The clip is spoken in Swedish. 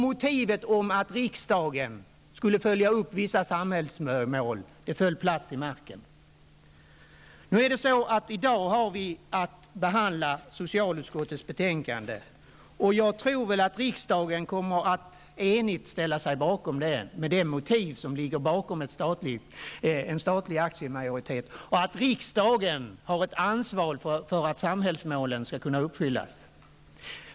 Motivet att riksdagen skulle följa upp vissa samhällsmål föll platt till marken. I dag har vi att behandla socialutskottets betänkande nr 9, och jag tror att riksdagen kommer att enigt ställa sig bakom utskottets hemställan, med det motiv som ligger bakom en statlig aktiemajoritet: att riksdagen har ett ansvar för att samhällsmålen skall kunna uppfyllas.